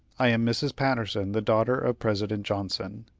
i am mrs. patterson, the daughter of president johnson.